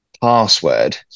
password